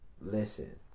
listen